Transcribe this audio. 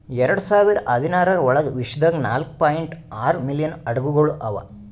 ಎರಡು ಸಾವಿರ ಹದಿನಾರರ ಒಳಗ್ ವಿಶ್ವದಾಗ್ ನಾಲ್ಕೂ ಪಾಯಿಂಟ್ ಆರೂ ಮಿಲಿಯನ್ ಹಡಗುಗೊಳ್ ಅವಾ